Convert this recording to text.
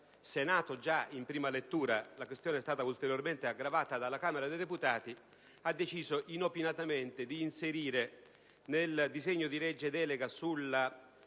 Senato, già in prima lettura - e la questione è stata poi ulteriormente aggravata dalla Camera dei deputati - ha deciso inopinatamente di inserire nel disegno di legge delega sul